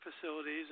facilities